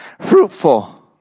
fruitful